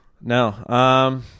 No